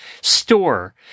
store